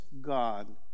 God